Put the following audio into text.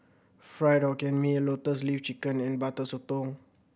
Fried Hokkien Mee Lotus Leaf Chicken and Butter Sotong